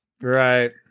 Right